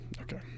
okay